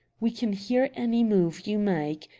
we can hear any move you make.